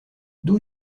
d’où